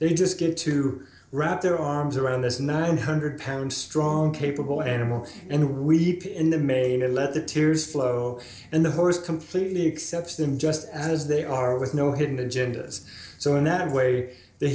they just get to wrap their arms around this nine hundred pound strong capable animal and we leap in the main and let the tears flow and the horse completely accept them just as they are with no hidden agendas so in that way the